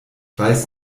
weiß